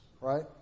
Right